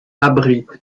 abrite